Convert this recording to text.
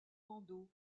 bandeaux